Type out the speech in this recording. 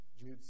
Jude